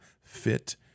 fit